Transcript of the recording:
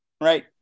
right